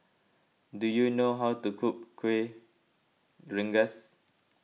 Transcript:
do you know how to cook Kueh Rengas